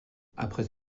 après